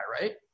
right